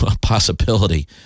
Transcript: possibility